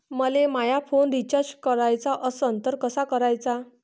मले माया phone recharge कराचा असन तर कसा कराचा?